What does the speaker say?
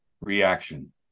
reaction